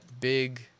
big